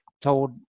told